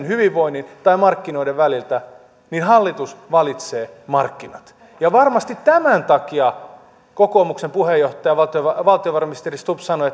hyvinvoinnin tai markkinoiden väliltä niin hallitus valitsee markkinat varmasti tämän takia kokoomuksen puheenjohtaja valtiovarainministeri stubb sanoi